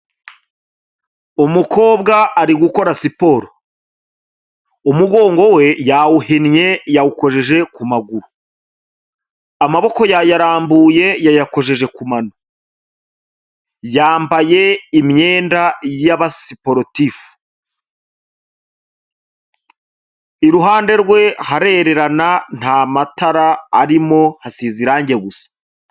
Umukobwa ari gukora siporo, umugongo we yawuhinnye yawukojeje ku maguru, amaboko yayarambuye yayakojeje ku mano, yambaye iimyenda y'abasiporotifu, iruhande rwe harererana nta matara arimo hasize irange gusa.